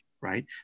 right